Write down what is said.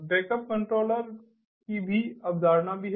backup controller की एक अवधारणा भी है